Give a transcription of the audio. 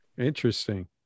Interesting